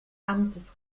amtes